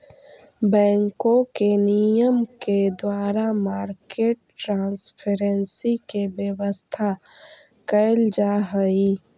बैंकों के नियम के द्वारा मार्केट ट्रांसपेरेंसी के व्यवस्था कैल जा हइ